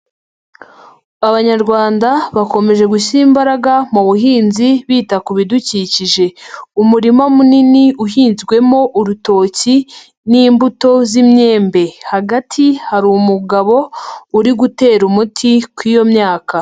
Abanyarwanda bakomeje gushyira imbaraga mu buhinzi bita ku bidukikije, umurima munini uhinzwemo urutoki n'imbuto z'imyembe, hagati hari umugabo uri gutera umuti kuri iyo myaka.